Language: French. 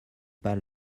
pas